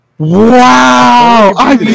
Wow